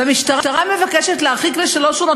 והמשטרה מבקשת להרחיק לשלוש עונות,